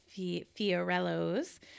Fiorello's